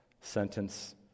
sentence